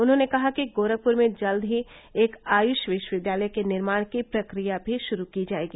उन्होंने कहा कि गोरखपुर में जल्द ही एक आयुष विश्वविद्यालय के निर्माण की प्रक्रिया भी शुरू की जाएगी